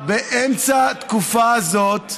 באמצע תקופה זו,